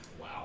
Wow